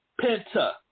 Penta